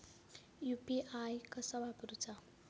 UPI कसा वापरूचा?